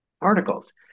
articles